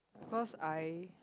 because I